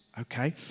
okay